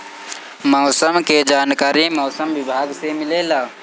मौसम के जानकारी मौसम विभाग से मिलेला?